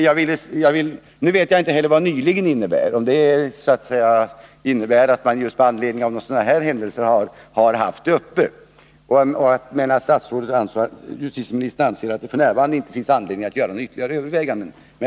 Jag vet inte heller vad ”nyligen” innebär, om det innebär att man just med anledning av sådana här händelser har haft frågan uppe. Justitieministern anser att det f. n. inte finns anledning att göra några ytterligare överväganden.